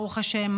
ברוך השם,